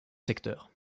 secteurs